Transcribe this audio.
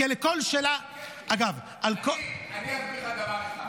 כי הרי לכל שאלה --- אני אסביר לך דבר אחד.